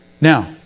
Now